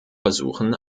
versuchen